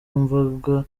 wumvaga